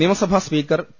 നിയമസഭാ speaker P